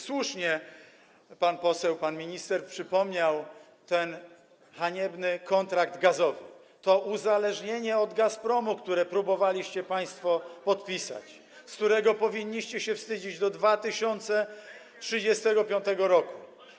Słusznie pan poseł, pan minister przypomniał ten haniebny kontrakt gazowy - to uzależnienie od Gazpromu - który próbowaliście państwo podpisać, którego powinniście się wstydzić do 2035 r.